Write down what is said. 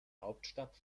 hauptstadt